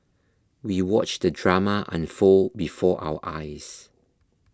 we watched the drama unfold before our eyes